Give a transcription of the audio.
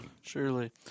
Surely